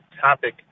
topic